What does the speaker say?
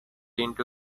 into